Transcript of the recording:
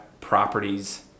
properties